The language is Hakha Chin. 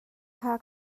kan